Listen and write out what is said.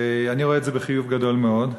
ואני רואה את זה בחיוב גדול מאוד.